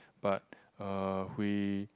but uh we